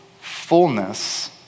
fullness